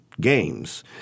games